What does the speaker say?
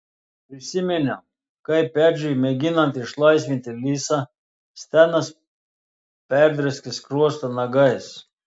prisiminiau kaip edžiui mėginant išlaisvinti lisą stenas perdrėskė skruostą nagais